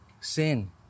sin